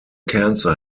cancer